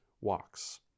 walks